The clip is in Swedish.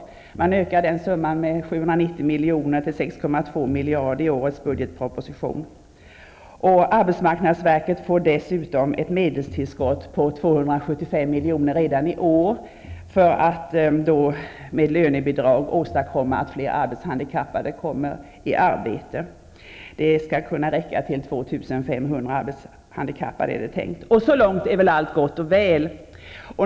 Summan för dessa ökas med 790 miljoner till 6,2 miljarder i årets budgetproposition. Arbetsmarknadsverket får dessutom ett medelstillskott om 275 miljoner redan i år för att det med lönebidrag skall vara möjligt att åstadkomma att fler arbetshandikappade kommer i arbete. Det är tänkt att medlen skall räcka till 2 500 arbetshandikappade. Så långt är väl allt gott och väl.